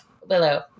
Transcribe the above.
Willow